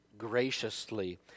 graciously